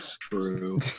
true